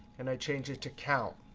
and i change it to count.